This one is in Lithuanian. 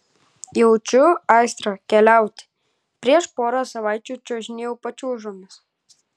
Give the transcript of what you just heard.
jaučiu aistrą keliauti prieš porą savaičių čiuožinėjau pačiūžomis